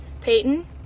Peyton